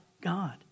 God